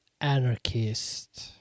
anarchist